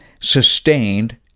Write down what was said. sustained